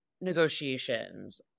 negotiations